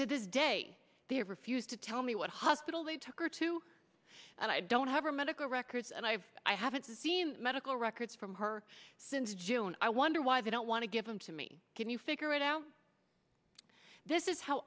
to this day they have refused to tell me what hospital they took her to and i don't have her medical records and i have i haven't seen medical records from her since june i wonder why they don't want to give them to me can you figure it out this is how